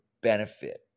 benefit